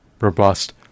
robust